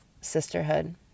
sisterhood